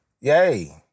yay